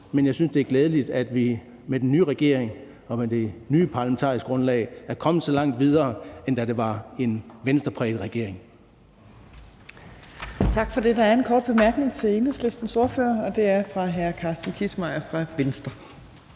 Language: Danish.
men jeg synes, det er glædeligt, at vi med den nye regering og med det nye parlamentariske grundlag er kommet langt videre, end da det var en Venstrepræget regering.